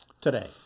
today